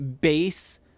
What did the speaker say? base